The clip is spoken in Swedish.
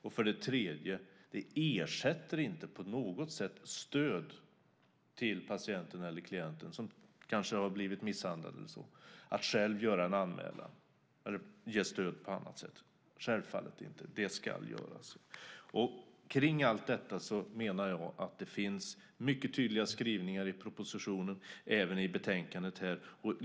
Och för det tredje ersätter det inte på något sätt stöd till patienten eller klienten, som kanske har blivit misshandlad, att själv göra en anmälan eller att ge stöd på annat sätt. Självfallet inte, det ska göras. Kring allt detta menar jag att det finns mycket tydliga skrivningar i propositionen och även i betänkandet.